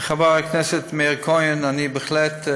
חבר הכנסת מאיר כהן, בהחלט,